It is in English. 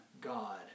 God